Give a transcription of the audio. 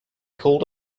called